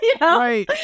Right